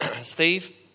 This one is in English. Steve